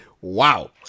wow